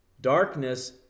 Darkness